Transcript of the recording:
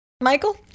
Michael